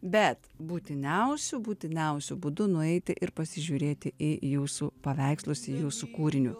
bet būtiniausiu būtiniausiu būdu nueiti ir pasižiūrėti į jūsų paveikslus į jūsų kūriniu